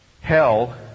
hell